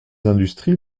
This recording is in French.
industries